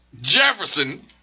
Jefferson